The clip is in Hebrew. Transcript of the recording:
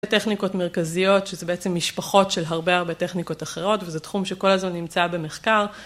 טכניקות מרכזיות שזה בעצם משפחות של הרבה הרבה טכניקות אחרות, וזה תחום שכל הזמן נמצא במחקר.